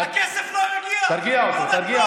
תפסיק לבלבל את המוח.